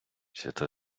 свята